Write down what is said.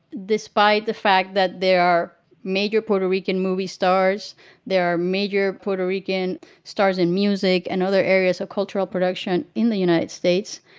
despite the fact that there are major puerto rican movie stars there are major puerto rican stars in music and other areas of cultural production in the united states.